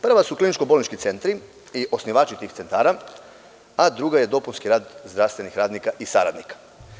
Prva su kliničko-bolnički centri i osnivači tih centara, a druga je dopunski rad zdravstvenih radnika i saradnika.